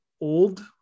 old